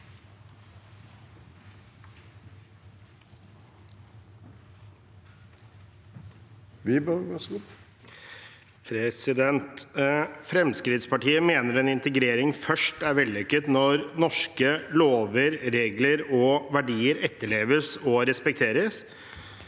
Fremskrittspartiet mener en integrering først er vellykket når norske lover, regler og verdier etterleves og respekteres,